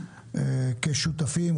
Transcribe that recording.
כשותפים,